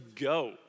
go